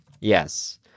Yes